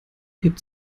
hebt